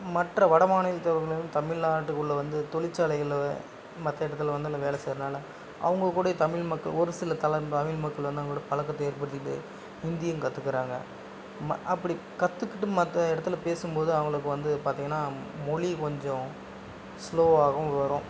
மற்ற வட மாநிலத்தவர்களும் தமிழ் நாட்டுக்குள்ளே வந்து தொழிற்சாலைகள்ல மற்ற இடத்துல வந்து வேலை செய்யறனால அவங்க கூட தமிழ் மக்கள் ஒரு சில தமிழ் மக்கள் வந்து அவங்களோட பழக்கத்த ஏற்படுத்திகிட்டு இந்தியும் கத்துக்கிறாங்க ம அப்படி கற்றுக்கிட்டு மற்ற இடத்துல பேசும்போது அவங்களுக்கு வந்து பார்த்திங்கனா மொழி கொஞ்சம் ஸ்லோவாகும் வரும்